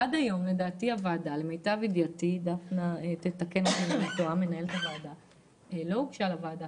עד היום, למיטב ידיעתי, לא הוגש מיפוי שכזה לוועדת